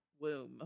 Womb